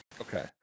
Okay